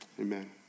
Amen